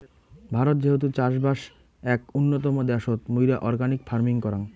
ভারত যেহেতু চাষবাস এক উন্নতম দ্যাশোত, মুইরা অর্গানিক ফার্মিং করাং